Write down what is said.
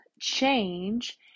change